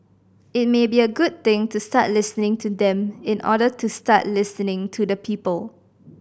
it may be a good thing to start listening to them in order to start listening to the people